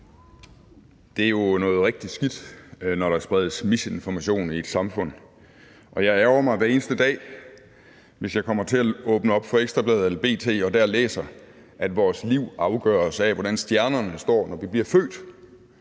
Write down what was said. Det er jo noget rigtig skidt, når der spredes misinformation i et samfund, og jeg ærgrer mig hver eneste dag, hvis jeg kommer til at åbne op for Ekstra Bladet eller B.T. og dér læser, at vores liv afgøres af, hvordan stjernerne står, når vi bliver født.